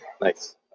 Nice